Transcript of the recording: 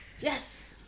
Yes